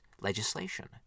legislation